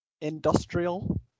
Industrial